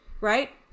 right